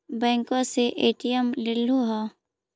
बैंकवा से ए.टी.एम लेलहो है?